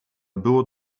było